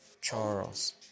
Charles